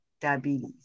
diabetes